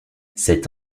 cet